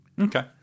Okay